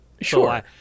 Sure